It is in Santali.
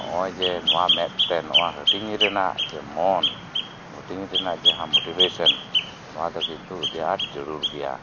ᱱᱚᱜ ᱚᱭ ᱡᱮ ᱱᱚᱣᱟ ᱢᱮᱫᱛᱮ ᱦᱟᱹᱴᱤᱧ ᱨᱮᱱᱟᱜ ᱡᱮ ᱢᱚᱱ ᱦᱟᱹᱛᱤᱧ ᱨᱮᱱᱟᱜ ᱡᱟᱦᱟ ᱢᱳᱴᱤᱵᱷᱮᱥᱮᱱ ᱱᱚᱣᱟ ᱫᱚ ᱠᱤᱱᱛᱩ ᱟᱹᱰᱤ ᱟᱴ ᱡᱟᱹᱨᱩᱲ ᱜᱮᱭᱟ